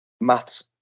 maths